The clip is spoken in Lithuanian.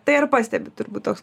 tai ar pastebit turbūt toks